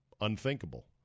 unthinkable